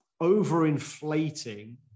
over-inflating